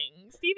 Stephen